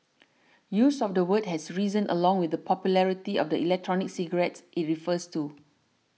use of the word has risen along with the popularity of the electronic cigarettes it refers to